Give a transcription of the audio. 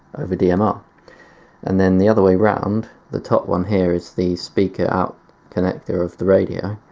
over dmr and then the other way round the top one here is the speaker out connector of the radio,